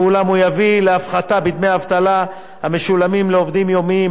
אולם הוא יביא להפחתה בדמי האבטלה המשולמים לעובדים יומיים.